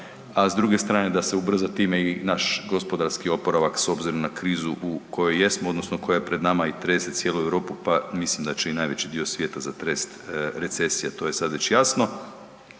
a s druge strane da se ubrza time i naš gospodarski oporavak s obzirom na krizu u kojoj jesmo, odnosno koja je pred nama i trese cijelu Europu, pa mislim da će i najveći dio svijeta zatresti recesija, to je sad već jasno.